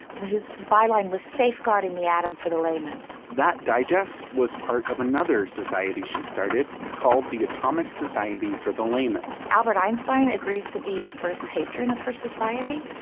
whose byline was safeguarding the atom for the layman that digest was part of another society she started called the atomic society for the layman albert einstein agrees to be the first patron of her society.